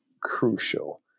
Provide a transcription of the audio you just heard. crucial